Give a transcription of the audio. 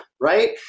right